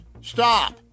Stop